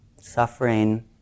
suffering